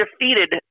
defeated